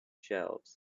shelves